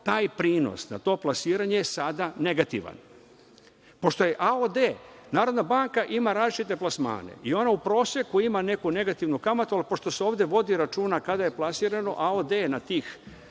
taj prinos na to plasiranje je sada negativan. Pošto je AOD, Narodna banka ima različite plasmane i ona u proseku ima neku negativnu kamatu, ali pošto se ovde vodi računa kada je plasirano, AOD na tih